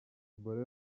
ebola